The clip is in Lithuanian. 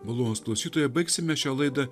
malonūs klausytojai baigsime šią laidą